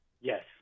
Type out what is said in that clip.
Yes